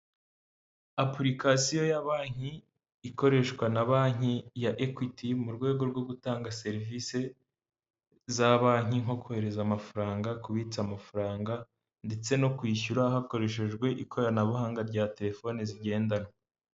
Apurikasiyo ya banki ikoreshwa na banki ya Ekwiti mu rwego rwo gutanga serivisi za banki nko kohereza amafaranga, kubitsa amafaranga ndetse no kwishyura hakoreshejwe ikoranabuhanga rya telefoni zigendanwa.